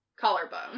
collarbone